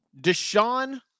Deshaun